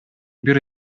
бир